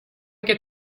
get